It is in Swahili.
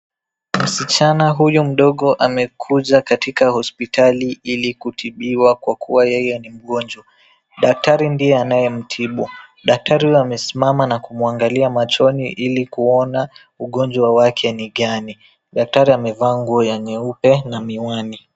Msichana huyu mdogo amekuja katika hospitali ili kutibiwa kwa kuwa yeye ni mgonjwa. Daktari ndiye anamtibu. Daktari huyu amesimama na kumwangalia machoni ili kuona ugonjwa wake ni gani. Daktari amevaa nguo ya nyeupe na miwani.